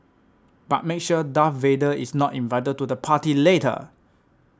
but make sure Darth Vader is not invited to the party later